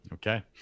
Okay